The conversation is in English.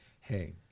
hey